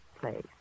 place